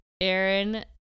Aaron